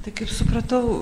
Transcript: tai kaip supratau